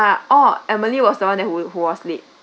ah oh emily was the one who was late